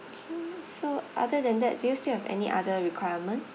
so other than that do you still have any other requirement